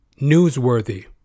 newsworthy